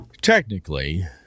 technically